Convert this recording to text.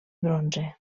bronze